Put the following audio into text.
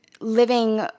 living